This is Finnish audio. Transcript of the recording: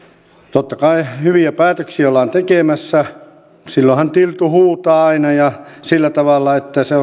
totta kai hyviä päätöksiä ollaan tekemässä silloinhan tiltu huutaa aina ja sillä tavalla että se